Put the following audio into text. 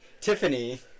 Tiffany